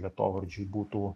vietovardžiai būtų